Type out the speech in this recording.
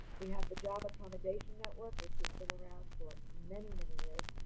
we have the job accommodation network, which has been around for many, many years,